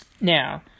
Now